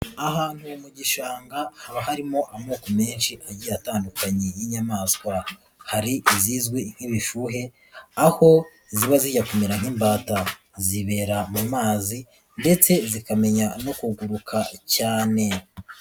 Ahantu mu gishanga haba harimo amoko menshi agiye atandukanye y'inyamaswa, hari izizwi nk'ibifuhe, aho ziba zijya kumera nk'imbata, zibera mu mazi ndetse zikamenya no kuguruka cyane.